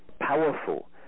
powerful